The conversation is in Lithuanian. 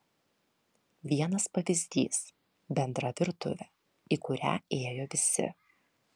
vienas pavyzdys bendra virtuvė į kurią ėjo visi